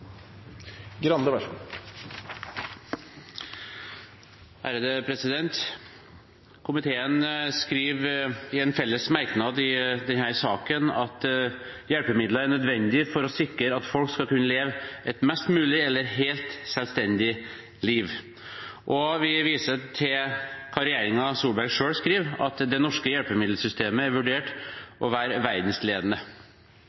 Komiteen skriver i en felles merknad i denne saken: hjelpemidler er nødvendig for å sikre at folk skal kunne leve et mest mulig, eller helt, selvstendig liv.» Vi viser til hva regjeringen Solberg selv skriver: «Det norske hjelpemiddelsystemet er